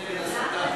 נגד הסתה.